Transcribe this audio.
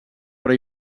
però